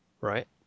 right